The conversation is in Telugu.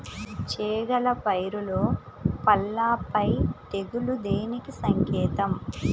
చేగల పైరులో పల్లాపై తెగులు దేనికి సంకేతం?